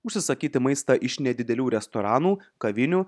užsisakyti maistą iš nedidelių restoranų kavinių